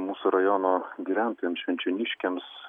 mūsų rajono gyventojams švenčioniškiams